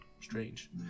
strange